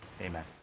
Amen